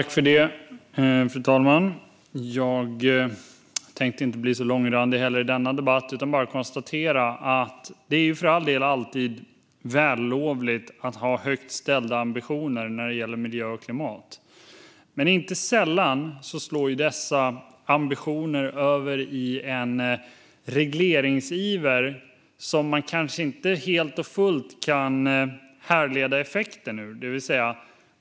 Klimatdeklaration för byggnader Fru talman! Jag tänkte inte heller i denna debatt bli så långrandig. Jag konstaterar bara att det för all del är vällovligt att ha högt ställda ambitioner när det gäller miljö och klimat. Men inte sällan slår dessa ambitioner över i en regleringsiver som man kanske inte helt och fullt kan härleda effekten ur.